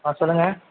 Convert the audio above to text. ஆ சொல்லுங்கள்